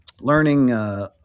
learning